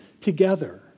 together